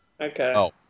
Okay